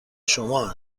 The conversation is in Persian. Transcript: شما